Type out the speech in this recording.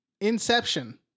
Inception